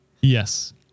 Yes